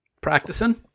practicing